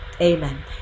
Amen